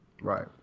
Right